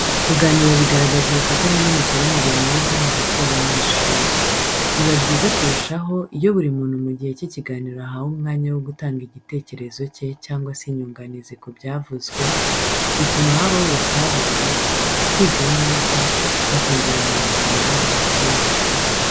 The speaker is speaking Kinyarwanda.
Kuganira bigaragaza ubufatanye n'imikoranire myiza hagati y'abanyeshuri. Biba byiza kurushaho iyo buri muntu mu gihe cy'ikiganiro ahawe umwanya wo gutanga igitekerezo cye cyangwa se inyunganizi ku byavuzwe, bituma habaho ubusabane, kwiga neza, no kungurana ubumenyi hagati yabo.